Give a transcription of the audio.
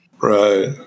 Right